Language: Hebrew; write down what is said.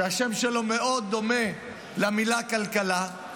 שהשם שלו מאוד דומה למילה כלכלה,